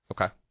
Okay